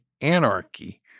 anarchy